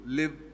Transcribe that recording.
live